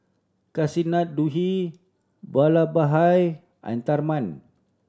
Kasinadhuni Vallabhbhai and Tharman